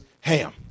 Ham